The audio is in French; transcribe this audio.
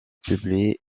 publié